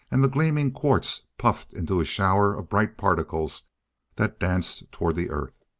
and the gleaming quartz puffed into a shower of bright particles that danced toward the earth.